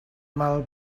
mal